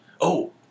Oh